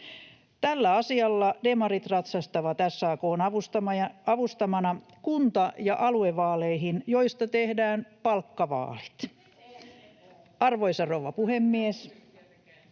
Tällä asialla demarit ratsastavat SAK:n avustamana kunta- ja aluevaaleihin, joista tehdään palkkavaalit. [Piritta Rantanen: